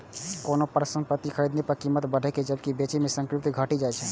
कोनो परिसंपत्ति कें खरीदने सं कीमत बढ़ै छै, जबकि बेचै सं कीमत घटि जाइ छै